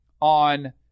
on